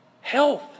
health